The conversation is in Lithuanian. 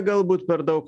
galbūt per daug